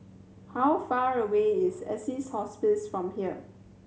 how far away is Assisi Hospice from here